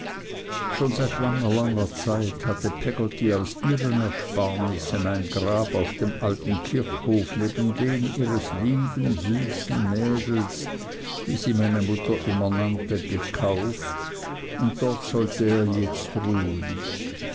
schon seit langer langer zeit hatte peggotty aus ihren ersparnissen ein grab auf dem alten kirchhof neben dem ihres lieben süßen mädels wie sie immer meine mutter nannte gekauft und dort sollte er jetzt ruhen